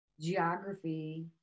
geography